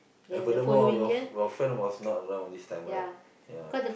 and furthermore your f~ your friend was not around this time right ya